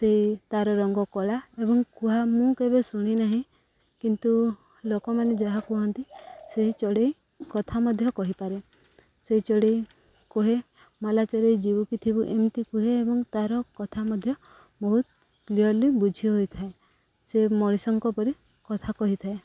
ସେଇ ତା'ର ରଙ୍ଗ କଳା ଏବଂ କୁହା ମୁଁ କେବେ ଶୁଣି ନାହିଁ କିନ୍ତୁ ଲୋକମାନେ ଯାହା କୁହନ୍ତି ସେହି ଚଢ଼େଇ କଥା ମଧ୍ୟ କହିପାରେ ସେହି ଚଢ଼େଇ କୁହେ ମଲା ଚରେଇ ଯିବୁ କି ଥିବୁ ଏମିତି କୁହେ ଏବଂ ତା'ର କଥା ମଧ୍ୟ ବହୁତ କ୍ଲିଅରଲି ବୁଝି ହୋଇଥାଏ ସେ ମଣିଷଙ୍କ ପରି କଥା କହିଥାଏ